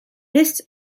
this